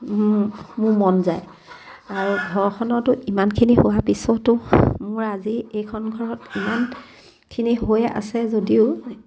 মোৰ মন যায় আৰু ঘৰখনতো ইমানখিনি হোৱাৰ পিছতো মোৰ আজি এইখন ঘৰত ইমানখিনি হৈ আছে যদিও